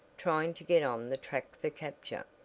trying to get on the track for capture.